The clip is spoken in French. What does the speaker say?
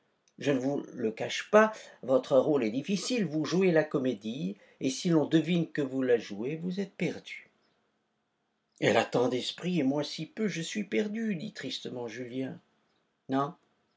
je ne vous le cache pas votre rôle est difficile vous jouez la comédie et si l'on devine que vous la jouez vous êtes perdu elle a tant d'esprit et moi si peu je suis perdu dit julien